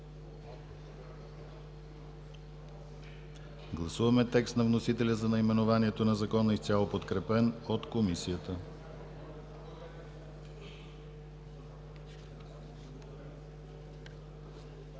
Гласуваме текста на вносителя за наименованието на Закона, изцяло подкрепен от Комисията.